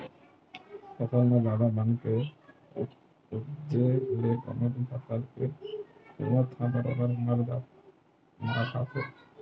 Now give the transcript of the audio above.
फसल म जादा बन के उपजे ले कोनो भी फसल के कुत ह बरोबर मार खाथे